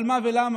על מה ולמה?